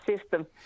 system